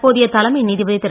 தற்போதைய தலைமை நீதிபதி திரு